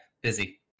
busy